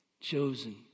Chosen